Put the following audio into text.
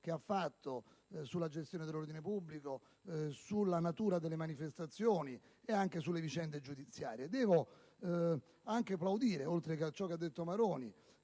considerazioni sulla gestione dell'ordine pubblico, sulla natura delle manifestazioni e sulle vicende giudiziarie. Devo anche plaudire oltre a ciò che ha detto il